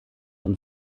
und